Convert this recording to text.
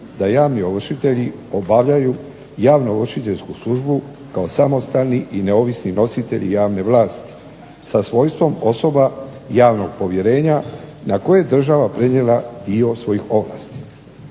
da javni ovršitelji obavljaju javnoovršiteljsku službu kao samostalni i neovisni nositelji javne vlasti sa svojstvom osoba javnog povjerenja na koje je država prenijela dio svojih ovlasti.